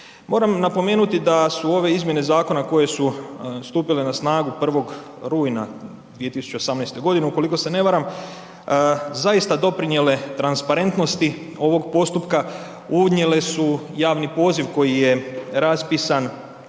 Moram napomenuti da su ove izmjene zakona koje su stupile na snagu 1. rujna 2018. g. ukoliko se ne varam, zaista doprinijele transparentnosti ovog postupka, unijele su javni poziv koji je raspisan